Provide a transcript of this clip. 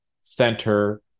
center